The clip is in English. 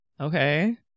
okay